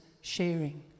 sharing